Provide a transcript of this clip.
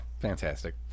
fantastic